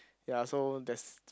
ya so that's